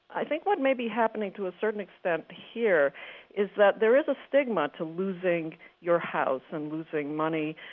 i think what may be happening to a certain extent here is that there is a stigma to losing your house and losing money,